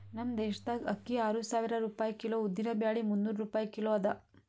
ನಮ್ ದೇಶದಾಗ್ ಅಕ್ಕಿ ಆರು ಸಾವಿರ ರೂಪಾಯಿ ಕಿಲೋ, ಉದ್ದಿನ ಬ್ಯಾಳಿ ಮುನ್ನೂರ್ ರೂಪಾಯಿ ಕಿಲೋ ಅದಾ